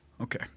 Okay